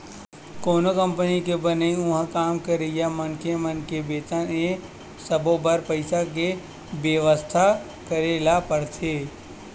कोनो कंपनी के बनई, उहाँ काम करइया मनखे मन के बेतन ए सब्बो बर पइसा के बेवस्था करे ल परथे